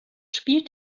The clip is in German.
spielt